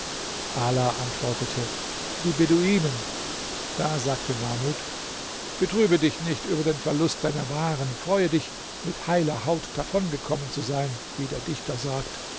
ala antwortete die beduinen da sagte mahmud betrübe dich nicht über den verlust deiner waren freue dich mit heiler haut davongekommen zu sein wie der dichter sagt